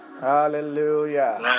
hallelujah